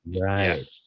right